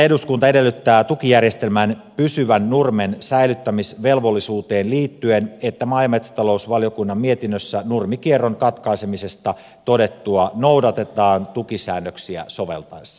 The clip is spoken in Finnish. eduskunta edellyttää tukijärjestelmän pysyvän nurmen säilyttämisvelvollisuuteen liittyen että maa ja metsätalousvaliokunnan mietinnössä nurmikierron katkaisemisesta todettua noudatetaan tukisäännöksiä sovellettaessa